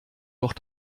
doch